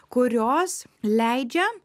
kurios leidžia